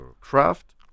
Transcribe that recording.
craft